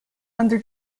under